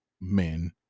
men